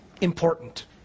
important